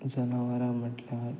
जनावरां म्हटल्यार